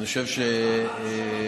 אנחנו במלחמה,